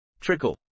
Trickle